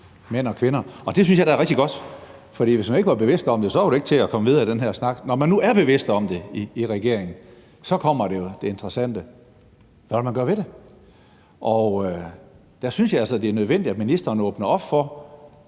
mænd og kvinder. Det synes jeg da er rigtig godt, for hvis ikke man var bevidst om det, var det ikke til at komme videre i den her snak. Når man nu er bevidst om det i regeringen, kommer det interessante jo: Hvad vil man gøre ved det? Der synes jeg altså, det er nødvendigt, at ministeren åbner op for,